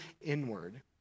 inward